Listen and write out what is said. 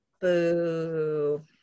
Boo